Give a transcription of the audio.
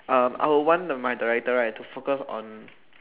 uh I would want the my director right to focus on